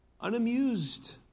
unamused